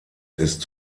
ist